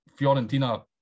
Fiorentina